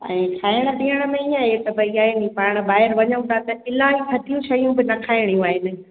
ऐं खाइण पीअण में ई आहे त भई आहिनि पाण ॿाहिरि वञू था त इलाही खटियूं शयूं बि त खाइणियूं आहिनि